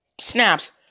snaps